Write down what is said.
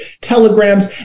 telegrams